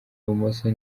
ibumoso